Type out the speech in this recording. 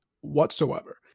whatsoever